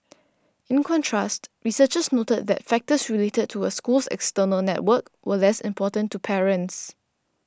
in contrast researchers noted that factors related to a school's external network were less important to parents